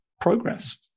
Progress